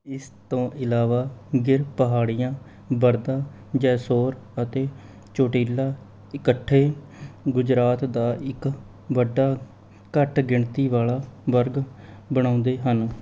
ਇਸ ਤੋਂ ਇਲਾਵਾ ਗਿਰ ਪਹਾੜੀਆਂ ਬਰਦਾ ਜੈਸੋਰ ਅਤੇ ਚੋਟੀਲਾ ਇਕੱਠੇ ਗੁਜਰਾਤ ਦਾ ਇੱਕ ਵੱਡਾ ਘੱਟ ਗਿਣਤੀ ਵਾਲ਼ਾ ਵਰਗ ਬਣਾਉਂਦੇ ਹਨ